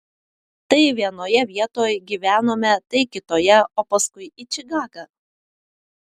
tai vienoje vietoj gyvenome tai kitoje o paskui į čikagą